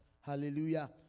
Hallelujah